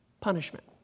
punishment